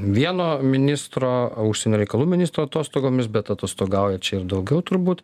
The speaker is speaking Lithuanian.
vieno ministro užsienio reikalų ministro atostogomis bet atostogauja čia ir daugiau turbūt